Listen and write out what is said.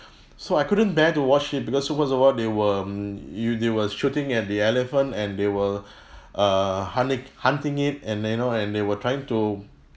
so I couldn't bear to watch it because first of all they were you they were shooting at the elephant and they were uh hunting hunting it and you know they were trying to